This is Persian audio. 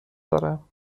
دارم